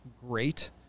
great